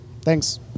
Thanks